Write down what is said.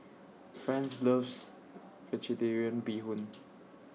Franz loves Vegetarian Bee Hoon